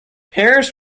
paris